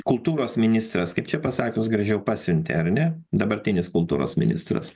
kultūros ministras kaip čia pasakius gražiau pasiuntė ar ne dabartinis kultūros ministras